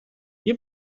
wir